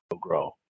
grow